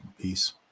Peace